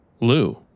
Lou